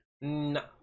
no